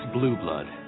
Blueblood